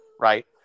right